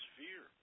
fear